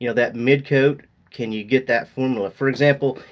you know that midcoat, can you get that formula? for example,